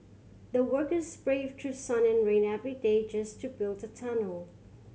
the workers braved through sun and rain every day just to build the tunnel